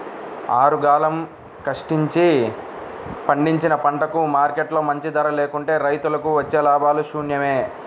ఆరుగాలం కష్టించి పండించిన పంటకు మార్కెట్లో మంచి ధర లేకుంటే రైతులకు వచ్చే లాభాలు శూన్యమే